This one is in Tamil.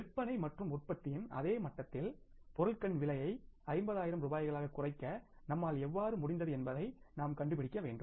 விற்பனை மற்றும் உற்பத்தியின் அதே மட்டத்தில் பொருட்களின் விலையை 50 ஆயிரம் ரூபாய்களாக குறைக்க நம்மால் எவ்வாறு முடிந்தது என்பதை நாம் கண்டுபிடிக்க வேண்டும்